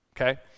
okay